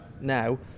now